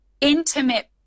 intimate